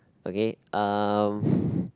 okay um